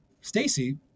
Stacy